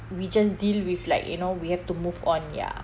we just deal with like you know we have to move on ya